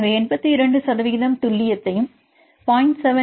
எனவே இது 82 சதவிகிதம் துல்லியத்தையும் 0